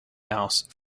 house